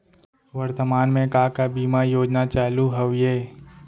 वर्तमान में का का बीमा योजना चालू हवये